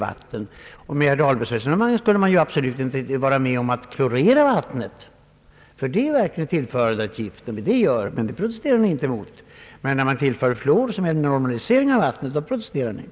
Med herr Dahlbergs resonemang skulle han ju absolut inte vara med om att klorera vattnet, ty det innebär verkligen att man tillför ett gift. Men när man tillför fluor, som är en normalisering av vattnet, då protesterar han.